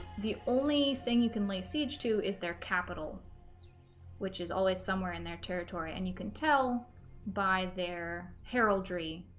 the only thing you can lay siege to is their capital which is always somewhere in their territory and you can tell by their heraldry